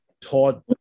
taught